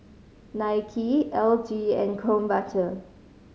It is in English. Nike L G and Krombacher